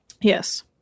Yes